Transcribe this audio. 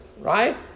right